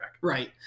Right